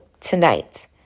tonight